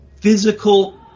physical